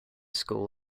school